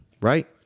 right